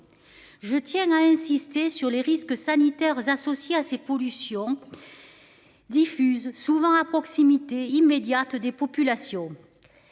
Je tiens à insister sur les risques sanitaires associés à ces pollutions. Diffuses souvent à proximité immédiate des populations.